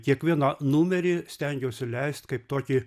kiekvieną numerį stengiuosi leist kaip tokį